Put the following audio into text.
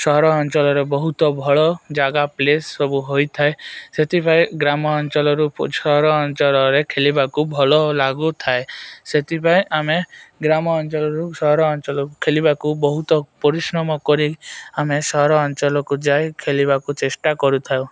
ସହରାଞ୍ଚଳରେ ବହୁତ ଭଳ ଜାଗା ପ୍ଲେସ୍ ସବୁ ହୋଇଥାଏ ସେଥିପାଇଁ ଗ୍ରାମ ଅଞ୍ଚଳରୁ ସହରାଞ୍ଚଳରେ ଖେଲିବାକୁ ଭଲ ଲାଗୁଥାଏ ସେଥିପାଇଁ ଆମେ ଗ୍ରାମ ଅଞ୍ଚଳରୁ ସହରାଞ୍ଚଳ ଖେଲିବାକୁ ବହୁତ ପରିଶ୍ରମ କରି ଆମେ ସହରାଞ୍ଚଳକୁ ଯାଇ ଖେଲିବାକୁ ଚେଷ୍ଟା କରୁଥାଉ